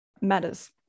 matters